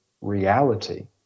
reality